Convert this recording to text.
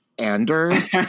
Anders